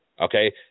Okay